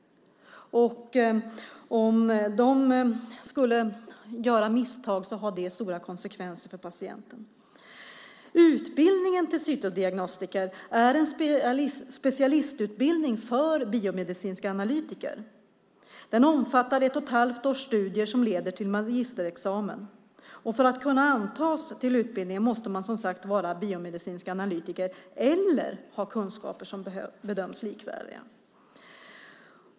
Om de gör misstag får det stora konsekvenser för patienten. Utbildningen till cytodiagnostiker är en specialistutbildning för biomedicinska analytiker. Den omfattar ett och ett halvt års studier som leder fram till en magisterexamen. För att kunna antas till utbildningen måste man vara biomedicinsk analytiker eller ha kunskaper som bedöms likvärdiga.